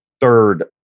third